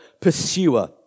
pursuer